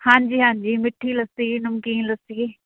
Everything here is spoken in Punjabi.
ਹਾਂਜੀ ਹਾਂਜੀ ਮਿੱਠੀ ਲੱਸੀ ਨਮਕੀਨ ਲੱਸੀ